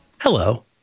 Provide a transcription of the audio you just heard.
Hello